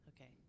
okay